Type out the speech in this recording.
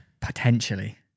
potentially